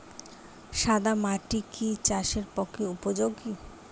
সাদা মাটি কি চাষের পক্ষে উপযোগী?